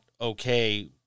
okay